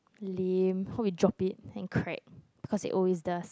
lame hope you drop it and crack because it always does